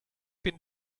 been